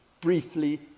briefly